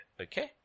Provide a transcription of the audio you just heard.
Okay